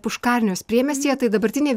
puškarnios priemiestyje tai dabartinė